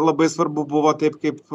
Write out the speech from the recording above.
labai svarbu buvo taip kaip